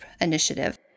Initiative